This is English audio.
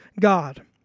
God